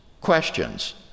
questions